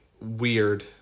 weird